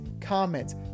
comments